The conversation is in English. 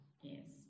Yes